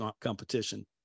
competition